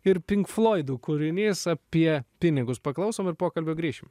ir pink floidų kūrinys apie pinigus paklausom ir pokalbio grįšim